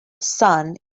sun